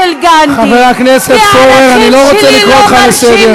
אני לא רוצה לקרוא אותך לסדר.